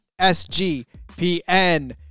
sgpn